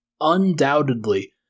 undoubtedly